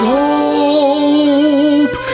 hope